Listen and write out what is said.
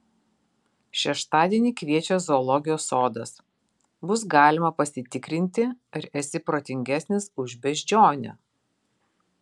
šeštadienį kviečia zoologijos sodas bus galima pasitikrinti ar esi protingesnis už beždžionę